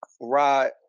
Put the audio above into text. Rod